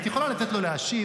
את יכולה לתת לו להשיב,